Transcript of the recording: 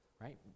Right